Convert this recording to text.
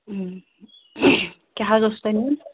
کیٛاہ حظ اوس تۄہہِ نِیُن